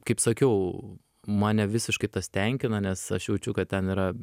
kaip sakiau mane visiškai tas tenkina nes aš jaučiu kad ten yra